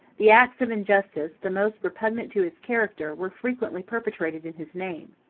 the acts of injustice the most repugnant to his character were frequently perpetrated in his name.